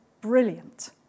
brilliant